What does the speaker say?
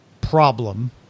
problem